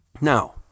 Now